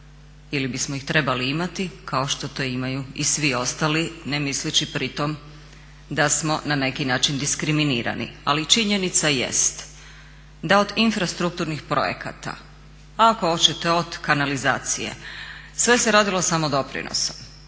ili bismo ih trebali imati kao što to imaju i svi ostali, ne misleći pritom da smo na neki način diskriminirani. Ali, činjenica jest da od infrastrukturnih projekata a ako hoćete od kanalizacije sve se radilo o samodoprinosu.